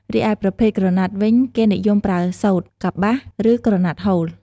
រីឯប្រភេទក្រណាត់វិញគេនិយមប្រើសូត្រ កប្បាស ឬក្រណាត់ហូល ។